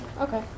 okay